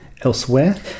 Elsewhere